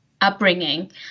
upbringing